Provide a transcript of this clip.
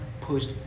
pushed